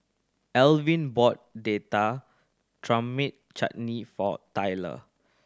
Elvin bought Date Tamarind Chutney for Tyrel